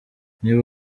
niba